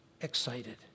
excited